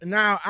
now